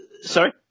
Sorry